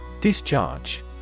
Discharge